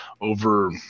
over